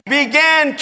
began